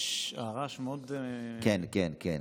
הרעש מאוד, כן, כן.